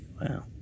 Wow